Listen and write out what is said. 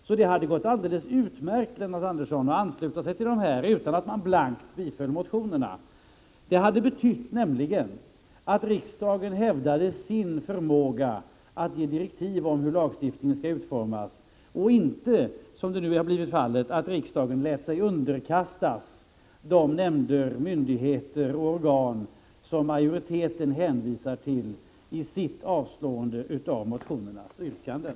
Det hade således gått alldeles utmärkt, Lennart Andersson, att ansluta sig till de här förslagen utan att blankt tillstyrka motionerna. Ett sådant beslut hade nämligen betytt att riksdagen hävdade sin förmåga att ge direktiv om hur lagstiftningen skall utformas och inte, som nu blir fallet, att riksdagen låter sig underkastas de nämnder, myndigheter och organ som utskottsmajoriteten hänvisar till i sitt avstyrkande av motionernas yrkanden.